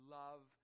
love